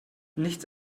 nichts